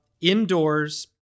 indoors